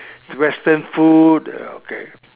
Western food okay